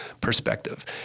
perspective